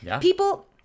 People